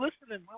listening